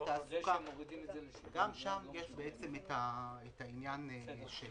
גם שם יש את העניין של